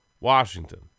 Washington